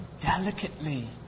delicately